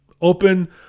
open